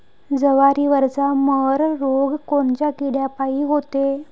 जवारीवरचा मर रोग कोनच्या किड्यापायी होते?